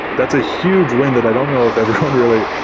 that's a huge win that i don't know if everyone really